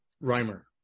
rhymer